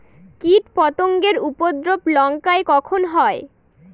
কীটপতেঙ্গর উপদ্রব লঙ্কায় কখন হয়?